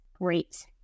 great